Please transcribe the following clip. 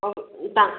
ठीकु आहे